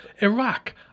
Iraq